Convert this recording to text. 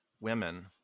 women